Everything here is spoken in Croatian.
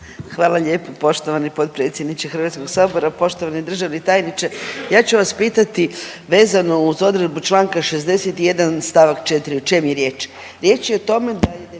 Hvala lijepo poštovani potpredsjedniče HS. Poštovani državni tajniče, ja ću vas pitati vezano uz odredbu čl. 61. st. 4., o čem je riječ?